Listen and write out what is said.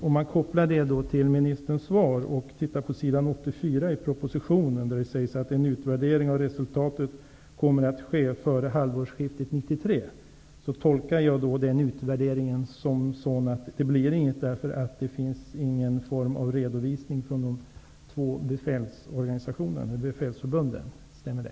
Om man kopplar detta till ministerns svar och tittar på s. 84 i propositionen, där det sägs att en utvärdering av resultatet kommer att ske före halvårsskiftet 1993, tolkar jag denna utvärdering som att det inte blir något eftersom det inte finns någon form av redovisning från de två befälsförbunden. Stämmer det?